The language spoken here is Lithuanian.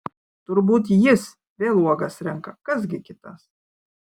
turbūt jis vėl uogas renka kas gi kitas